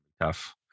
tough